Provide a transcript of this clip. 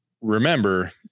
remember